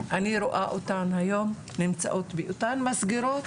אני רואה אותן היום נמצאות באותן מסגרות,